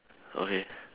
okay